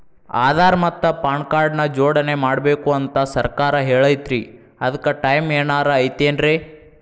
ಆಧಾರ ಮತ್ತ PAN card ನ ಜೋಡಣೆ ಮಾಡ್ಬೇಕು ಅಂತಾ ಸರ್ಕಾರ ಹೇಳೈತ್ರಿ ಅದ್ಕ ಟೈಮ್ ಏನಾರ ಐತೇನ್ರೇ?